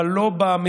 אבל לא במציאות,